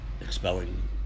expelling